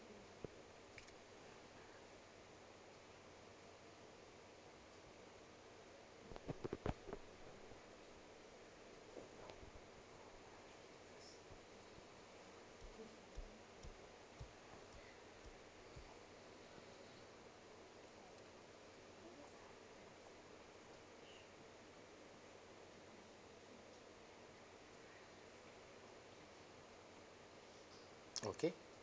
okay